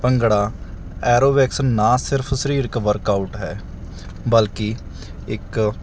bhangra aerobics ਨਾ ਸਿਰਫ ਸਰੀਰਕ ਵਰਕਆਊਟ ਹੈ ਬਲਕਿ ਇੱਕ